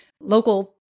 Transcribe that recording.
local